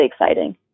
exciting